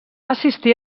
assistir